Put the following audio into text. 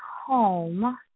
home